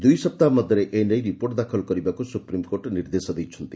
ଦୁଇ ସପ୍ତାହ ମଧ୍ଧରେ ଏନେଇ ରିପୋର୍ଟ ଦାଖଲ କରିବାକୁ ସୁପ୍ରିମ୍କୋର୍ଟ ନିର୍ଦ୍ଦେଶ ଦେଇଛନ୍ତି